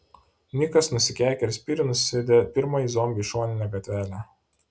nikas nusikeikė ir spyriu nusviedė pirmąjį zombį į šoninę gatvelę